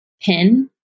pin